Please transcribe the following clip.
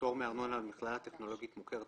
(פטור מארנונה למכללה טכנולוגית מוכרת),